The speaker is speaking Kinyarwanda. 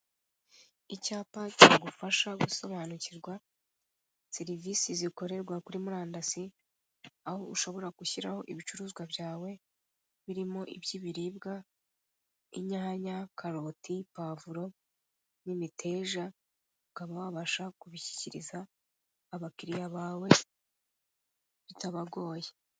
Icyapa cyagufasha gusobanukirwa serivisi zikorerwa kuri murandasi aho ushobora gushyiraho ibicuruzwa byawe birimo iby'ibiribwa inyanya, karoti, pavuro n'imiteja ukaba wabasha kubishyikiriza abakiriya bawe bitabagoye.